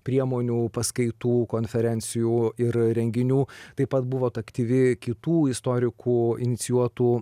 priemonių paskaitų konferencijų ir renginių taip pat buvot suaktyvi kitų istorikų inicijuotų